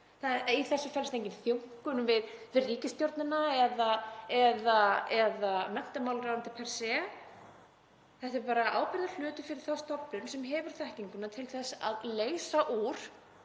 Í þessu felst engin þjónkun við ríkisstjórnina eða menntamálaráðuneytið per se. Þetta er bara ábyrgðarhluti fyrir þá stofnun sem hefur þekkingu til að leysa úr